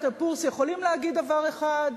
Standard & Poor's יכולים להגיד דבר אחד,